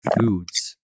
foods